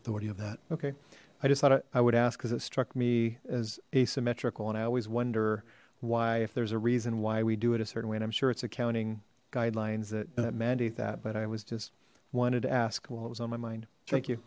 authority of that okay i just thought i would ask cuz it struck me as asymmetrical and i always wonder why if there's a reason why we do it a certain way and i'm sure it's accounting guidelines that mandate that but i was just wanted to ask well it was on my mind thank you